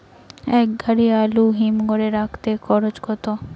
এক গাড়ি আলু হিমঘরে রাখতে খরচ কত?